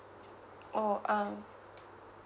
oh um